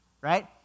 right